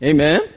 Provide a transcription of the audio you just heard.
Amen